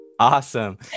Awesome